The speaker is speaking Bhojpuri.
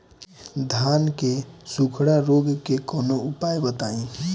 धान के सुखड़ा रोग के कौनोउपाय बताई?